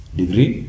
degree